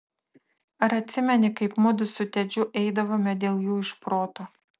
ar atsimeni kaip mudu su tedžiu eidavome dėl jų iš proto